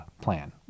plan